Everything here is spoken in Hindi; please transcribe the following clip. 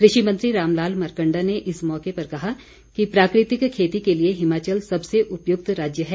कृषि मंत्री रामलाल मारकंडा ने इस मौके पर कहा कि प्राकृतिक खेती के लिए हिमाचल सबसे उपयुक्त राज्य है